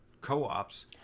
co-ops